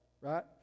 right